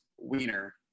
wiener